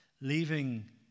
leaving